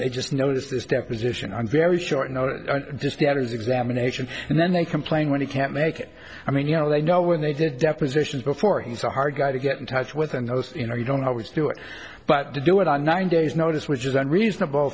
they just notice this deposition on very short notice just debtors examination and then they complain when you can't make it i mean you know they know when he did depositions before he's a hard guy to get in touch with and host you know you don't always do it but to do it on nine days notice which is unreasonable